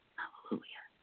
Hallelujah